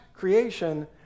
creation